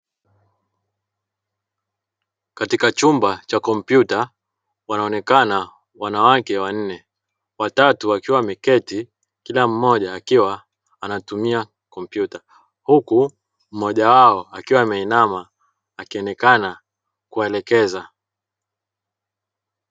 Katika chumba cha kompyuta wanaonekana wanawake wanne; watatu wakiwa wameketi kila mmoja akiwa anatumia kompyuta, huku mmoja wao akiwa ameinama akionekana kuwaelekeza.